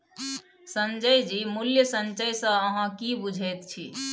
संजय जी मूल्य संचय सँ अहाँ की बुझैत छी?